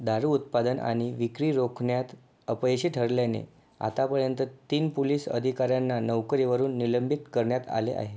दारू उत्पादन आणि विक्री रोखण्यात अपयशी ठरल्याने आतापर्यंत तीन पोलीस अधिकाऱ्यांना नोकरीवरून निलंबित करण्यात आले आहे